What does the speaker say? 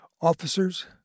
Officers